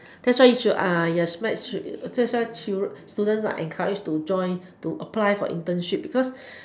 that's why you should your should should that's why students are encouraged to join to apply for internship because